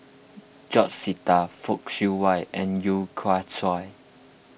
George Sita Fock Siew Wah and Yeo Kian Chai